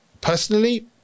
personally